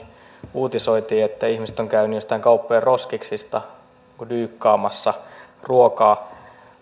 uutisoitiin että ihmiset ovat käyneet joistain kauppojen roskiksista dyykkaamassa ruokaa